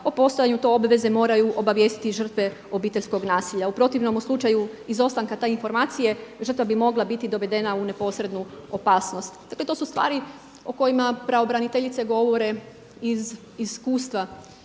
o postojanju te obveze moraju obavijestiti žrtve obiteljskog nasilja. U protivnom u slučaju izostanka te informacije žrtva bi mogla biti dovedena u neposrednu opasnost. Dakle to su stvari o kojima pravobraniteljice govore iz iskustva,